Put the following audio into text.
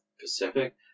Pacific